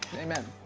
amen.